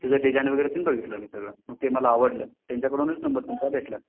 त्याचं डिजाईन वगैरे तीन बघितलं मी सगळं मग ते मला आवडलं त्यांच्याकडूनच नंबर तुमचा भेटला